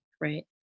right